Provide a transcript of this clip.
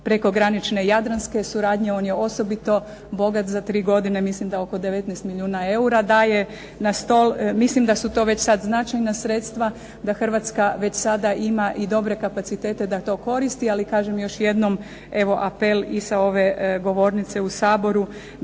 prekogranične jadranske suradnje on je osobito bogat za tri godine. Mislim da oko 19 milijuna eura daje na stol. Mislim da su to već sad značajna sredstva, da Hrvatska već sada ima i dobre kapacitete da to koristi. Ali kažem još jednom evo apel i sa ove govornice u Saboru